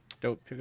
Dope